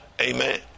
Amen